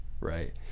right